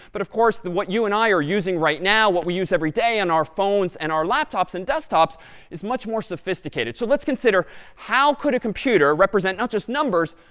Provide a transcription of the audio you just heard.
but, of course, what you and i are using right now, what we use every day on our phones and our laptops and desktops is much more sophisticated. so let's consider how could a computer represent not just numbers,